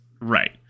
Right